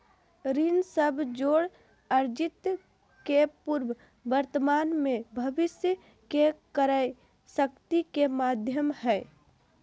ऋण सब जोड़ अर्जित के पूर्व वर्तमान में भविष्य के क्रय शक्ति के माध्यम हइ